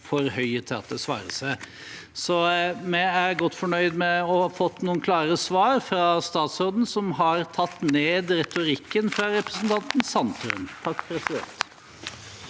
for høye til at det svarer seg. Vi er godt fornøyd med å ha fått noen klare svar fra statsråden som har tatt ned retorikken fra representanten Sandtrøen. Presidenten